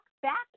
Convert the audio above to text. back